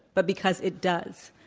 but because it does.